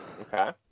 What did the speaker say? Okay